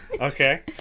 Okay